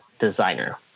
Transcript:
designer